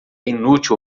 inútil